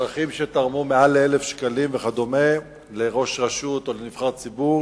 אזרחים שתרמו מעל 1,000 שקלים לראש רשות או לנבחר ציבור,